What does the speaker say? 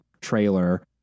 trailer